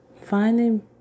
Finding